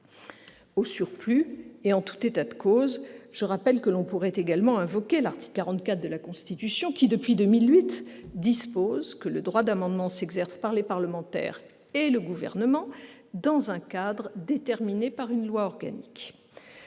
Au surplus, et en tout état de cause, je rappelle que l'on pourrait également invoquer l'article 44 de la Constitution qui, depuis 2008, dispose que le droit d'amendement s'exerce par les parlementaires et le Gouvernement dans un « cadre déterminé par une loi organique.